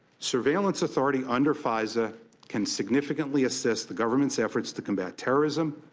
surveillance authority under fisa can significantly assist the government's efforts to combat terrorism,